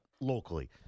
Locally